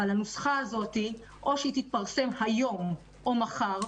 אבל הנוסחה הזאת או שהיא תתפרסם היום או מחר,